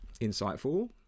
insightful